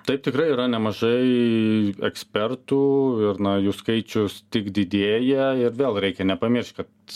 taip tikrai yra nemažai ekspertų ir na jų skaičius tik didėja ir vėl reikia nepamiršt kad